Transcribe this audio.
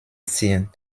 ziehen